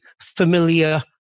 familiar